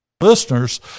listeners